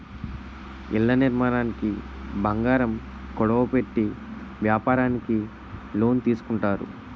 ఇళ్ల నిర్మాణానికి బంగారం కుదువ పెట్టి వ్యాపారానికి లోన్ తీసుకుంటారు